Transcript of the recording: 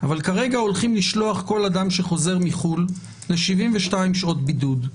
אבל כרגע הולכים לשלוח כל אדם שחוזר מחו"ל ל-72 שעות בידוד.